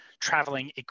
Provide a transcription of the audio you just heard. traveling